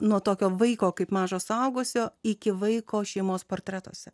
nuo tokio vaiko kaip mažo suaugusio iki vaiko šeimos portretuose